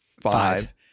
five